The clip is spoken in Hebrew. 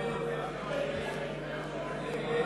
ההסתייגות (3) של חברי הכנסת אורי מקלב, משה גפני